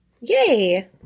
Yay